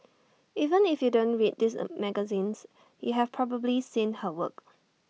even if you don't read these magazines you have probably seen her work